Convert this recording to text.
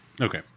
Okay